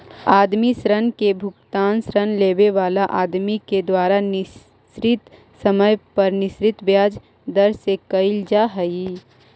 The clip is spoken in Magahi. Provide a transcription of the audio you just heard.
आदमी ऋण के भुगतान ऋण लेवे वाला आदमी के द्वारा निश्चित समय पर निश्चित ब्याज दर से कईल जा हई